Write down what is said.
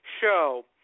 show